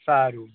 સારું